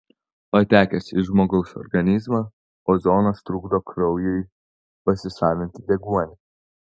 patekęs į žmogaus organizmą ozonas trukdo kraujui pasisavinti deguonį